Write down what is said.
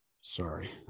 Sorry